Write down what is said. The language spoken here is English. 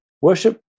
Worship